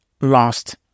lost